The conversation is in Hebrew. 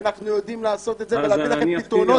אנחנו יודעים לעשות את זה ולהביא לכם פתרונות.